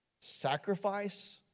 sacrifice